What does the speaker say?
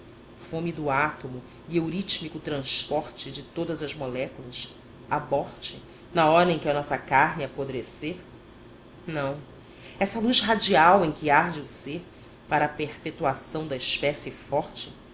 fomo do átomo e eurítmico transporte de todas as moléculas aborte na hora em que a nossa carne apodrecer não essa luz radial em que arde o ser para a perpetuação da espécie forte